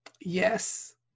yes